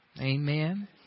Amen